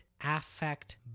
affect